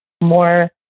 more